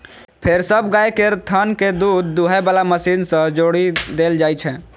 फेर सब गाय केर थन कें दूध दुहै बला मशीन सं जोड़ि देल जाइ छै